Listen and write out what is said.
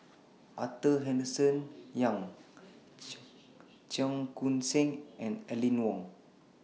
Arthur Henderson Young Cheong Koon Seng and Aline Wong